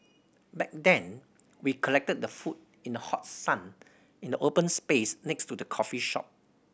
back then we collected the food in the hot sun in the open space next to the coffee shop